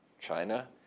China